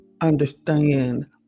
understand